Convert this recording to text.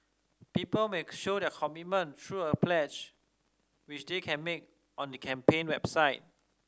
people may show their commitment through a pledge which they can make on the campaign website